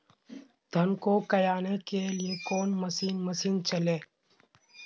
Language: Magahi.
धन को कायने के लिए कौन मसीन मशीन चले?